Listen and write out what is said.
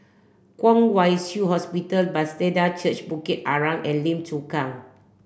Kwong Wai Shiu Hospital Bethesda Church Bukit Arang and Lim Chu Kang